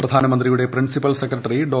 പ്രധാനമന്ത്രിയുടെ principal secretary ഡോ